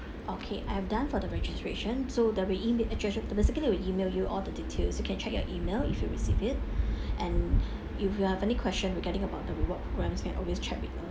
okay I have done for the registration so there'll be email address the the secretary will email you all the details you can check your email if you receive it and if you have any question regarding about the reward programmes can always check with us